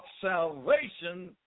salvation